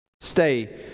stay